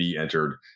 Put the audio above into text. entered